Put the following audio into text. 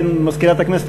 מזכירת הכנסת,